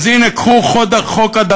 אז הנה, קחו חוק הדחה.